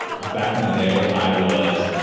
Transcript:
ah back in the day, i was